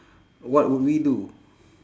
what would we do